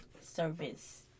service